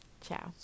Ciao